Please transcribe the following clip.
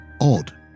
odd